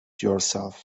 yourself